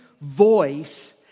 voice